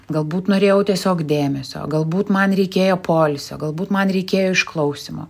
galbūt norėjau tiesiog dėmesio galbūt man reikėjo poilsio galbūt man reikėjo išklausymo